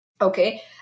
Okay